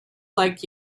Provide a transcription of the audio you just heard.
like